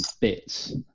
bits